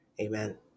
Amen